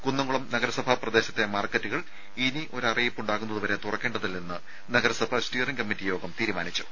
കുന്നംകുളം നഗരസഭാ പ്രദേശത്തെ മാർക്കറ്റുകൾ ഇനി ഒരു അറിയിപ്പ് ഉണ്ടാകുന്നതുവരെ തുറക്കേണ്ടതില്ലെന്ന് നഗരസഭാ സ്റ്റിയറിംഗ് കമ്മിറ്റി യോഗം തീരുമാനിച്ചു